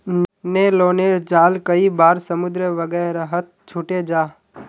न्य्लोनेर जाल कई बार समुद्र वगैरहत छूटे जाह